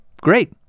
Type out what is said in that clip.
great